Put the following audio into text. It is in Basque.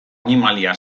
animalia